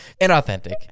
inauthentic